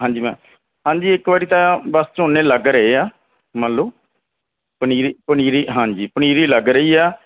ਹਾਂਜੀ ਮੈਂ ਹਾਂਜੀ ਇੱਕ ਵਾਰੀ ਤਾਂ ਬਸ ਝੋਨੇ ਲੱਗ ਰਹੇ ਆ ਮੰਨ ਲਉ ਪਨੀਰੀ ਪਨੀਰੀ ਹਾਂਜੀ ਪਨੀਰੀ ਲੱਗ ਰਹੀ ਆ